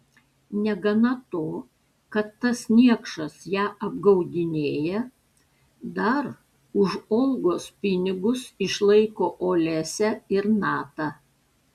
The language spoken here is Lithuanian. negana to kad tas niekšas ją apgaudinėja dar už olgos pinigus išlaiko olesią ir natą